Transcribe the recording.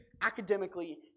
academically